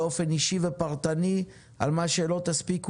וזה מצדו ישיב באופן אישי על כל מה שלא ייענה